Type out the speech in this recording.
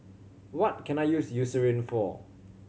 what can I use Eucerin for